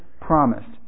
promised